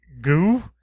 goo